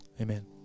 Amen